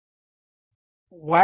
Y